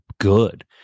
good